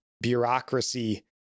Bureaucracy